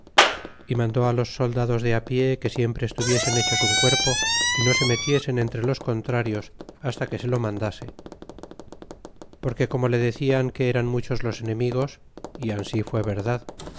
y mandó los soldados de pie que siempre estuviesen hechos im cuerpo y no se metiesen entre los contrarios hasta que se lo mandase porque como le decian que eran muchos los enemigos y ansi fue verdad